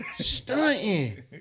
stunting